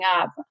up